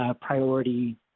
priority